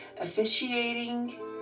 officiating